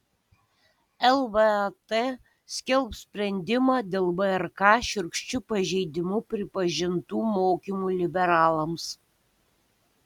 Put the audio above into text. lvat skelbs sprendimą dėl vrk šiurkščiu pažeidimu pripažintų mokymų liberalams